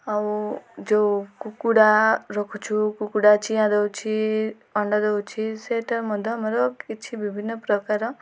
ଆଉ ଯେଉଁ କୁକୁଡ଼ା ରଖୁଛୁ କୁକୁଡ଼ା ଚିଆଁ ଦେଉଛି ଅଣ୍ଡା ଦେଉଛି ସେଇଟାରେ ମଧ୍ୟ ଆମର କିଛି ବିଭିନ୍ନ ପ୍ରକାର